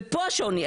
ופה השוני.